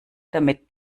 damit